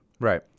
Right